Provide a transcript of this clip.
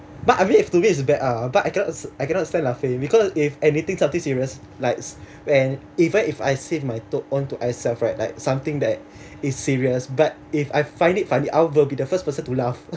but I mean if to me is a bad ah but I cannot I cannot stand laughing because if anything something serious like when even if I save my own onto myself right like something that is serious but if I find it funny I will be the first person to laugh